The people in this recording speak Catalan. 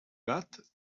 gat